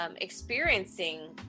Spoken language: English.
experiencing